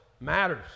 matters